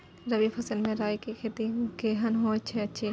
रबी फसल मे राई के खेती केहन होयत अछि?